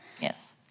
Yes